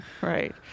right